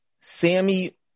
Sammy